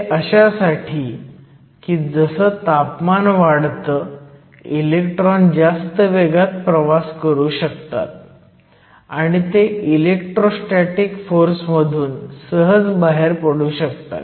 हे अशासाठी की जस तापमान वाढतं इलेक्ट्रॉन जास्त वेगात प्रवास करू शकतात आणि ते इलेक्ट्रोस्टॅटिक फोर्स मधून सहज बाहेर पडू शकतात